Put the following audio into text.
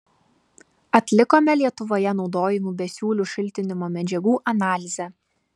atlikome lietuvoje naudojamų besiūlių šiltinimo medžiagų analizę